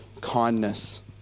kindness